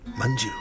Manju